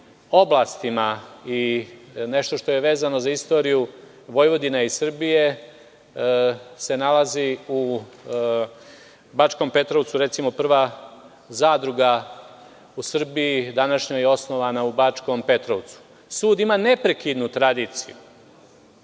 oblastima. Nešto što je vezano za istoriju Vojvodine i Srbije se nalazi u Bačkom Petrovcu. Recimo, prva zadruga u današnjoj Srbiji osnovana je u Bačkom Petrovcu. Sud ima neprekidnu tradiciju.